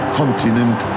continent